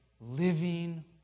living